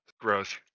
Gross